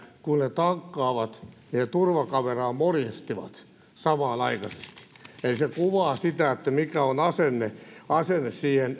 tankkaavat niin he morjestavat turvakameraan samanaikaisesti eli se kuvaa sitä mikä on asenne asenne siihen